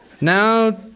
Now